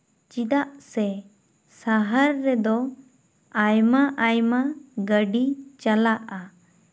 ᱪᱮᱫᱟᱜ ᱥᱮ ᱥᱟᱦᱟᱨ ᱨᱮᱫᱚ ᱟᱭᱢᱟ ᱟᱭᱢᱟ ᱜᱟ ᱰᱤ ᱪᱟᱞᱟᱜᱼᱟ